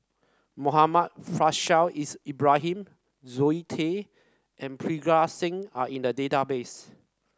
Muhammad Faishal is Ibrahim Zoe Tay and Parga Singh are in the database